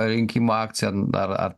rinkimų akcija ar ar